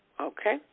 Okay